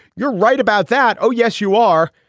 you're right about that. oh, yes, you are.